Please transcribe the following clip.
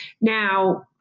Now